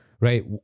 right